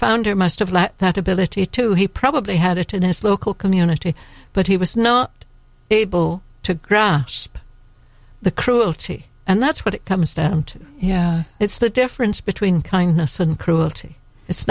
founder must have that ability to he probably had it in his local community but he was not able to grasp the cruelty and that's what it comes down to yeah it's the difference between kindness and cruelty it's